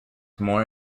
more